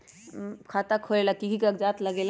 खाता खोलेला कि कि कागज़ात लगेला?